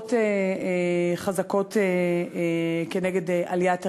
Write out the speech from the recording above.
תגובות חזקות כנגד עליית הריבית.